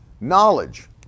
Knowledge